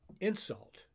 insult